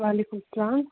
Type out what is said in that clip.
وعلیکُم السلام